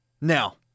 Now